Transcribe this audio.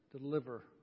deliver